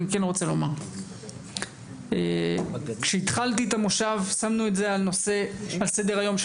כן רוצה לומר כשהתחלתי את המושב שמנו את זה על נושא הסדר היום של